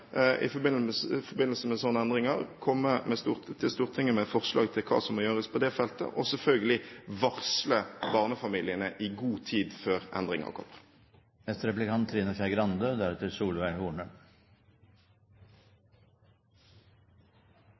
i forbindelse med slike endringer både komme til Stortinget med forslag til hva som må gjøres på det feltet, og selvfølgelig varsle barnefamiliene i god tid før